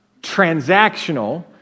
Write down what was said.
transactional